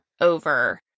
over